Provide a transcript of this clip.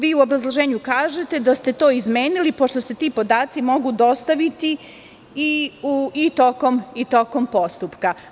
Vi u obrazloženju kažete da ste to izmenili pošto se ti podaci mogu dostaviti i tokom postupka.